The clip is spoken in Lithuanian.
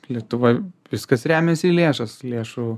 lietuvoj viskas remiasi į lėšas lėšų